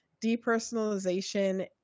depersonalization